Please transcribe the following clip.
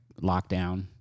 lockdown